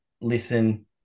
listen